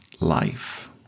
life